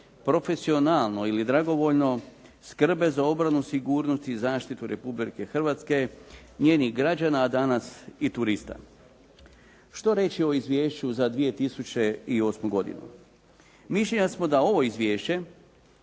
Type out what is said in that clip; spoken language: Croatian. profesionalno ili dragovoljno skrbe za obranu, sigurnost i zaštitu Republike Hrvatske, njenih građana a danas i turista. Što reći o izvješću za 2008. godinu? Mišljenja smo da ovo izvješće